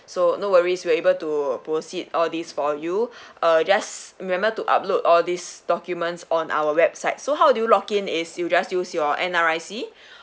so no worries we'll able to uh proceed all these for you uh just remember to upload all these documents on our website so how do you log in is you just use your N_R_I_C